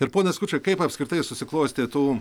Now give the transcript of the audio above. ir ponas skučai kaip apskritai susiklostė tų